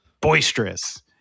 boisterous